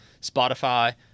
Spotify